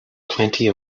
plenty